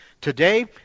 today